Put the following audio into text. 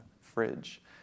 fridge